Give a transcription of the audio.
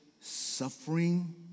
suffering